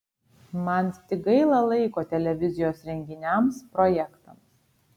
man tik gaila laiko televizijos renginiams projektams